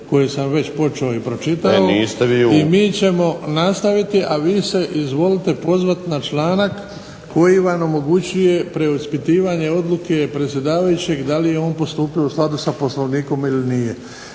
koju sam već pročitao i mi ćemo nastaviti, a vi se izvolite pozvati na članak koji vam omogućuje preispitivanje odluke predsjedavajućeg da li je on postupio u skladu s poslovnikom ili nije.